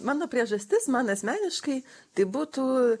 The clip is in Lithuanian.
mano priežastis man asmeniškai tai būtų